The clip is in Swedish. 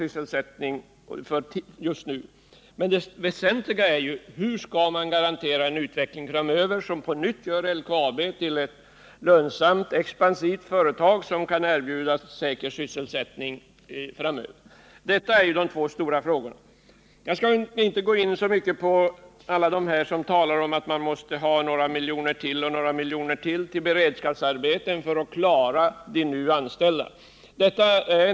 Den andra och mera väsentliga är: Hur skall man garantera en utveckling framöver som på nytt gör LKAB till ett lönsamt och expansivt företag, som kan erbjuda säker sysselsättning framöver? — Detta är de två stora frågorna. Jag skall inte bemöta alla dem som talat om att man måste ha några miljoner ytterligare till beredskapsarbeten för att klara anställningarna.